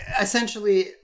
Essentially